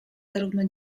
zarówno